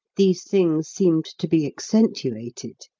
these things seemed to be accentuated.